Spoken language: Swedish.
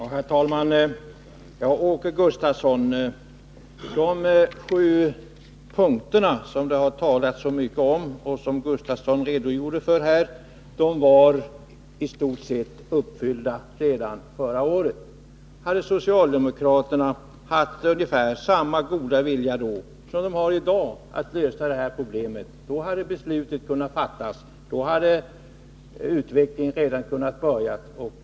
Herr talman! Till Åke Gustavsson: Kraven i de sju punkterna, som det har talats så mycket om och som Åke Gustavsson redogjorde för här, uppfylldes i stort sett redan förra året. Hade socialdemokraterna då haft ungefär samma goda vilja som de har i dag att lösa det här problemet, hade beslutet kunnat fattas, och den önskvärda utvecklingen hade redan kunnat börja.